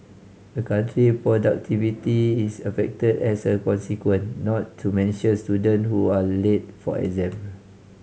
a country productivity is affected as a consequent not to mention student who are late for exam